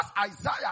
Isaiah